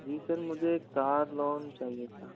जी sir मुझे car loan चाहिए था